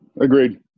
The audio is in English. Agreed